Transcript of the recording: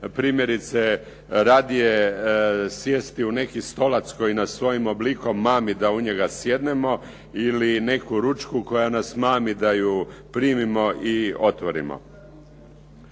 primjerice sjesti u neki stolac koji nas svojim oblikom mami da u njega sjednemo ili neku ručku koja nas mami da ju primimo i otvorimo.